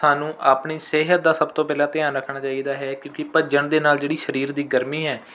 ਸਾਨੂੰ ਆਪਣੀ ਸਿਹਤ ਦਾ ਸਭ ਤੋਂ ਪਹਿਲਾਂ ਧਿਆਨ ਰੱਖਣਾ ਚਾਹੀਦਾ ਹੈ ਕਿਉਂਕਿ ਭੱਜਣ ਦੇ ਨਾਲ ਜਿਹੜੀ ਸਰੀਰ ਦੀ ਗਰਮੀ ਹੈ